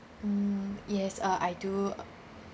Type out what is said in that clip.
mm yes uh I do